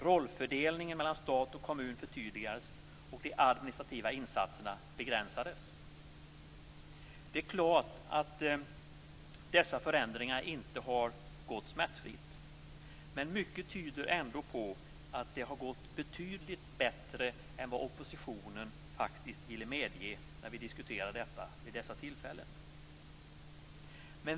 Rollfördelningen mellan stat och kommun förtydligades och de administrativa insatserna begränsades. Det är klart att dessa förändringar inte har gått smärtfritt. Men mycket tyder ändå på att det har gått betydligt bättre än vad oppositionen faktiskt ville medge när vi diskuterade detta.